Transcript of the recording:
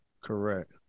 correct